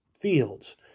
fields